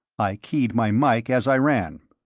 i keyed my mike as i ran.